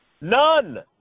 None